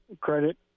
credit